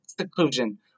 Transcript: seclusion